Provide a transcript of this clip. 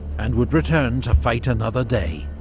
and would return to fight another day,